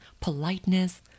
politeness